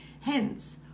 Hence